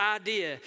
idea